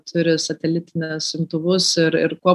turi satelitines imtuvus ir ir kuo